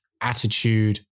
attitude